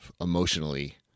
emotionally